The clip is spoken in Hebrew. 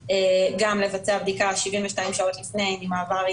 גם יבשתי וגם אווירי לבצע בדיקה עם ההגעה לתחנת הגבול בכניסה לישראל.